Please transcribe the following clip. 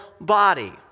body